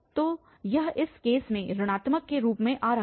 तो यह इस केस में ऋणात्मक के रूप में आ रहा है